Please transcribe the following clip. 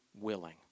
willing